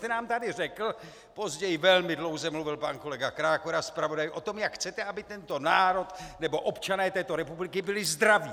Vy jste nám tady řekl později velmi dlouze mluvil pan kolega Krákora, zpravodaj o tom, jak chcete, aby tento národ, nebo občané této republiky byli zdraví.